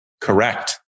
Correct